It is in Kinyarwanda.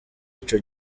ico